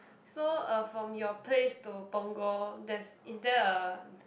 so uh from your place to punggol there's is there a